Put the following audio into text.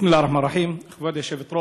בסם אללה א-רחמאן א-רחים, כבוד היושבת-ראש,